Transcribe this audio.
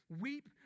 weep